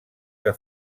que